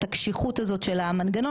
את הקשיחות הזאת של המנגנון,